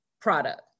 product